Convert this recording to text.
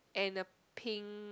and a pink